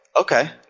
okay